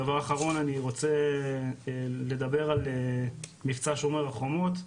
דבר אחרון, אני רוצה לדבר על מבצע שומר חומות,